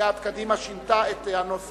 סיעת קדימה שינתה את הנוסח.